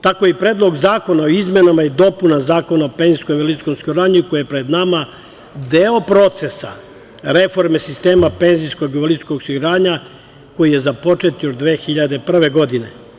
Tako i Predlog zakona o izmenama i dopunama Zakona o PIO koji je pred nama, jeste deo procesa reforme sistema penzijskog i invalidskog osiguranja, koji je započet 2001. godine.